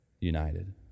united